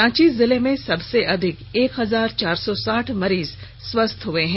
रांची जिले में सबसे अधिक एक हजार चार सौ साठ मरीज स्वस्थ हुए हैं